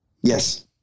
Yes